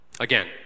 Again